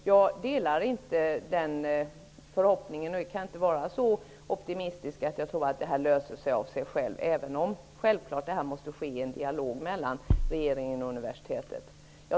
Jag är inte så optimistisk som Bertil Danielsson att jag tror att det här löser sig av sig självt, även om det självfallet måste ske en dialog mellan regeringen och universitetet.